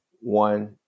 one